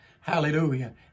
Hallelujah